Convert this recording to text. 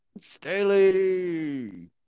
Staley